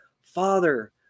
Father